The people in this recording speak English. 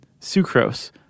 sucrose